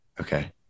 okay